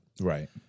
Right